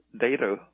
data